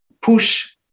push